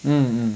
mm